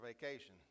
vacation